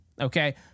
Okay